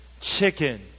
chicken